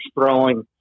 throwing